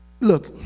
Look